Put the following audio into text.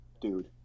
dude